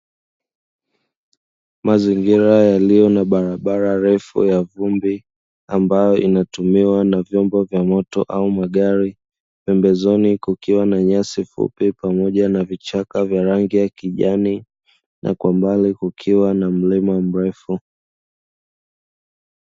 Mazingira yaliyo na barabara refu ya vumbi ambao inatumiwa na vyombo vya moto au magari. Pembezoni kukiwa na nyasi fupi pamoja na vichaka vya rangi ya kijani na kwa mbali kukiwa na mlima mrefu.